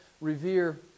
revere